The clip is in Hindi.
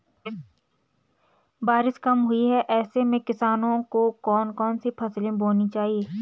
बारिश कम हुई है ऐसे में किसानों को कौन कौन सी फसलें बोनी चाहिए?